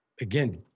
again